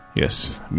Yes